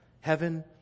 Heaven